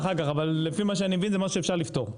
לפי מה שאני מבין, זה משהו שאפשר לפתור.